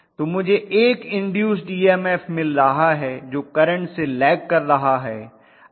तो मुझे एक इन्दूस्ड ईएमएफ मिल रहा है जो करंट से लैग कर रहा है